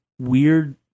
weird